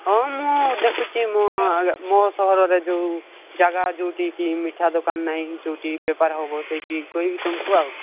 ହଁ ମୁଁ ଦେଖୁଛି ମୋ ମୋ ସହରରେ ଯେଉଁ ଜାଗା ଯେଉଁଠି କି ମିଠା ଦୋକାନ ନାହିଁ ଯେଉଁଠି ବେପାର ହେବ ସେଇଠି କହିବି ତମକୁ ଆଉ